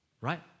Right